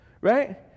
right